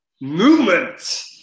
movement